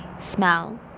smell